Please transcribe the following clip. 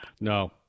No